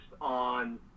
on